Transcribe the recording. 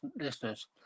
listeners